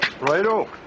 righto